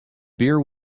beer